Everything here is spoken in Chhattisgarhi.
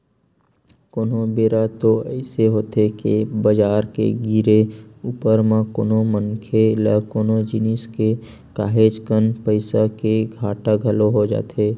कोनो बेरा तो अइसे होथे के बजार के गिरे ऊपर म कोनो मनखे ल कोनो जिनिस के काहेच कन पइसा के घाटा घलो हो जाथे